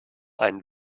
einen